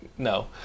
No